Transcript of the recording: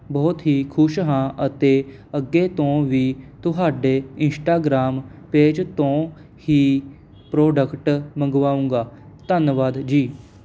ਬਹੁਤ ਹੀ ਖੁਸ਼ ਹਾਂ ਅਤੇ ਅੱਗੇ ਤੋਂ ਵੀ ਤੁਹਾਡੇ ਇੰਸ਼ਟਾਗ੍ਰਾਮ ਪੇਜ ਤੋਂ ਹੀ ਪ੍ਰੋਡਕਟ ਮੰਗਵਾਊਂਗਾ ਧੰਨਵਾਦ ਜੀ